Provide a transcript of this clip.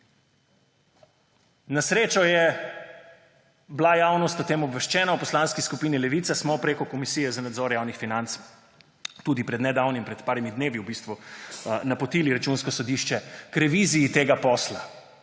Na srečo je bila javnost o tem obveščena. V Poslanski skupini Levica smo prek Komisije za nadzor javnih financ pred nedavnim, v bistvu pred nekaj dnevi, napotili Računsko sodišče k reviziji tega posla,